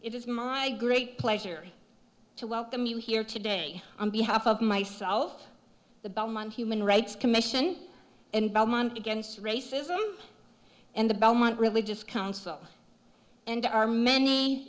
it is my great pleasure to welcome you here today on behalf of myself the belmont human rights commission and belmont against racism and the belmont religious council and to our many